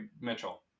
Mitchell